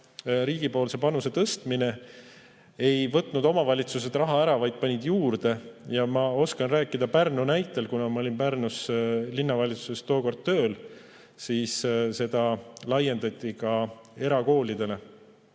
riigipoolset panust tõsteti, ei võtnud omavalitsused raha ära, vaid panid juurde. Ma oskan rääkida Pärnu näitel, kuna olin siis Pärnu Linnavalitsuses tööl. Siis seda laiendati ka erakoolidele.